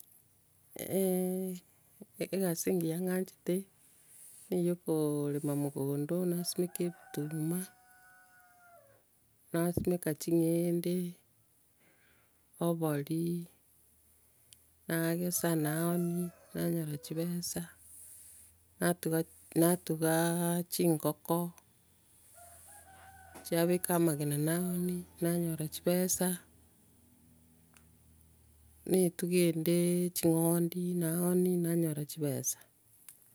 egasi engiya ing'anchete, neye yo koorema mogondo nasimeka ebituma, nasimeka ching'ende, obori, nagesa, naonia, nanyora chibesa, natuga- natugaa chingoko, chiabeka amagena naonia, nanyora chibesa, natuge ende chingondi, naonia, nanyora chibesa.